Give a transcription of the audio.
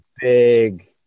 big